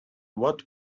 what